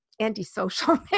antisocial